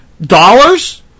dollars